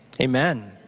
Amen